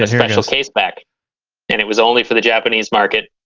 ah special case back and it was only for the japanese market.